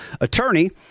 attorney